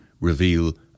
reveal